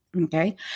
Okay